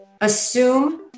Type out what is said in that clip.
assume